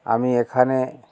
আমি এখানে